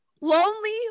lonely